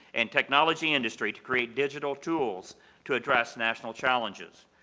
and technology industry to create digital tools to address national challenges.